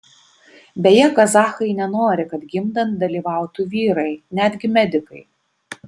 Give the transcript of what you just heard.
beje kazachai nenori kad gimdant dalyvautų vyrai netgi medikai